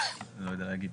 אני לא יודע להגיד.